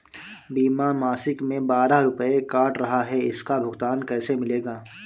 बीमा मासिक में बारह रुपय काट रहा है इसका भुगतान कैसे मिलेगा?